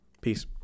Peace